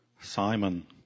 Simon